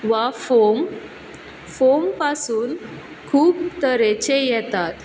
वा foam foam पासून खूब तरेचे येतात